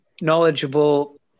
knowledgeable